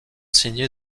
signé